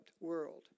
world